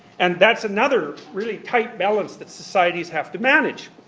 and that's another really tight balance that societies have to manage,